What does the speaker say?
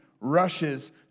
rushes